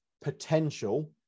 potential